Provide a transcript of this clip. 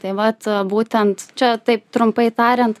tai vat būtent čia taip trumpai tariant